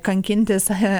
kankinti save